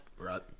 right